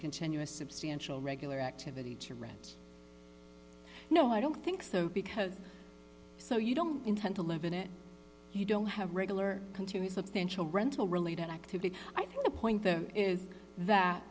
continue a substantial regular activity to rent no i don't think so because so you don't intend to live in it you don't have regular continue substantial rental related activity i think the point the is that